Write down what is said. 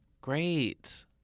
great